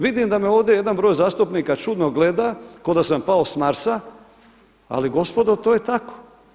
Vidim da me ovdje jedan broj zastupnika čudno gleda kao da sam pao s Marsa, ali gospodo to je tako.